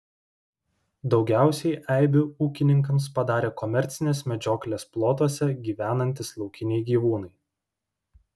daugiausiai eibių ūkininkams padarė komercinės medžioklės plotuose gyvenantys laukiniai gyvūnai